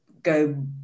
Go